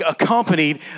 accompanied